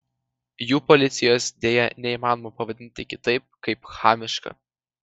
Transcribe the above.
jų policijos deja neįmanoma pavadinti kitaip kaip chamiška